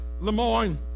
Lemoyne